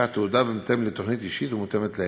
תעודה בהתאם לתוכנית אישית ומותאמת להם.